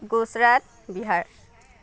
Gujarat Bihar